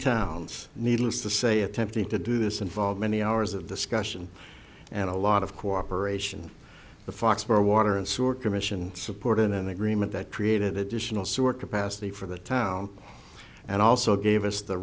towns needless to say attempting to do this involves many hours of the scotchman and a lot of cooperation the foxboro water and sewer commission supported in an agreement that created additional sewer capacity for the town and also gave us the